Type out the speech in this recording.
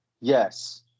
yes